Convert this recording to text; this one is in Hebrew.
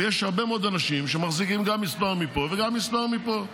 ויש הרבה מאוד אנשים שמחזיקים גם מספר מפה וגם מספר מפה.